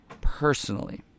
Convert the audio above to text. personally